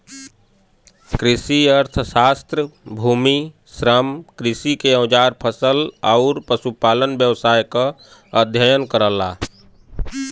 कृषि अर्थशास्त्र भूमि, श्रम, कृषि के औजार फसल आउर पशुपालन व्यवसाय क अध्ययन करला